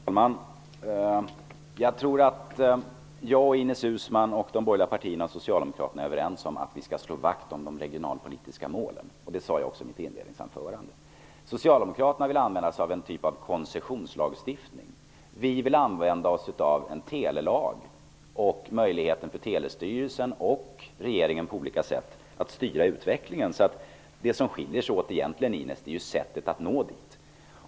Fru talman! Jag tror att jag och Ines Uusmann och de borgerliga partierna och Socialdemokraterna är överens om att vi skall slå vakt om de regionalpolitiska målen. Det sade jag också i mitt inledningsanförande. Socialdemokraterna vill använda sig av en typ av koncessionslagstiftning. Vi vill använda oss av en telelag och möjligheten för telestyrelsen och regeringen att på olika sätt styra utvecklingen. Det som skiljer oss åt, Ines Uusmann, är sättet att nå målet.